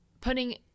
putting